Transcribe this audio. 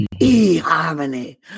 e-harmony